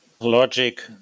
Logic